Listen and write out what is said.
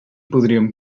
podríem